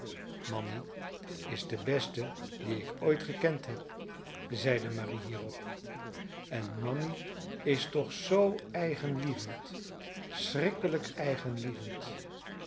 mammy is de beste die ik ooit gekend heb zeide marie hierop en mammy is toch zoo eigenlievend schrikkelijk eigenlievend